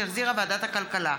שהחזירה ועדת הכלכלה.